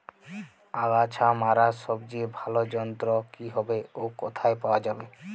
আগাছা মারার সবচেয়ে ভালো যন্ত্র কি হবে ও কোথায় পাওয়া যাবে?